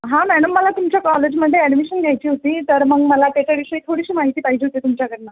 हां मॅनम मला तुमच्या कॉलेजमध्ये ॲडमिशन घ्यायची होती तर मग मला त्याच्याविषयी थोडीशी माहिती पाहिजे होती तुमच्याकडून